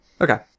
Okay